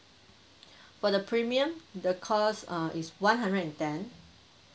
for the premium the cost uh is one hundred and ten